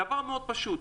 זה דבר מאוד פשוט.